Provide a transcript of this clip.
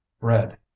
bread